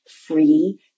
free